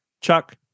Chuck